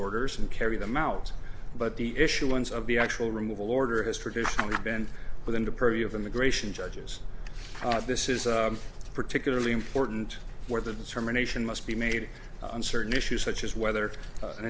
orders and carry them out but the issuance of the actual removal order has traditionally been within the purview of immigration judges this is particularly important where the determination must be made on certain issues such as whether an